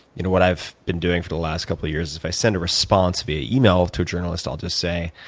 you know what i've been doing for the last couple of years is if i send a response via email to a journalist, i'll just say,